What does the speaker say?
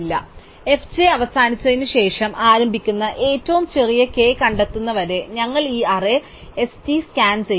അതിനാൽ f j അവസാനിച്ചതിനുശേഷം ആരംഭിക്കുന്ന ഏറ്റവും ചെറിയ k കണ്ടെത്തുന്നതുവരെ ഞങ്ങൾ ഈ അറേ ST സ്കാൻ ചെയ്യും